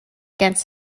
against